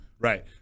Right